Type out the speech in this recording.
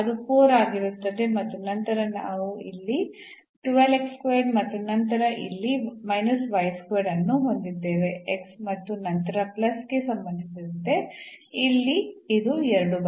ಅದು 4 ಆಗಿರುತ್ತದೆ ಮತ್ತು ನಂತರ ನಾವು ಇಲ್ಲಿ ಮತ್ತು ನಂತರ ಇಲ್ಲಿ ಅನ್ನು ಹೊಂದಿದ್ದೇವೆ ಮತ್ತು ನಂತರ ಪ್ಲಸ್ಗೆ ಸಂಬಂಧಿಸಿದಂತೆ ಇಲ್ಲಿ ಇದು 2 ಬಾರಿ